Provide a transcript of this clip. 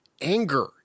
anger